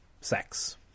Sex